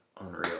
unreal